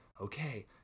okay